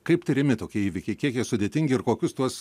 kaip tiriami tokie įvykiai kiek jie sudėtingi ir kokius tuos